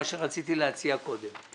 מה שרציתי להציע קודם.